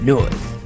North